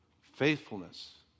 Faithfulness